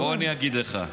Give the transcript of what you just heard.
בוא, אני אגיד לך.